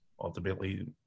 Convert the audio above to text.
ultimately